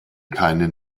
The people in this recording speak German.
keine